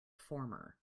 former